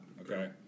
okay